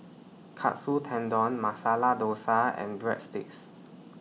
Katsu Tendon Masala Dosa and Breadsticks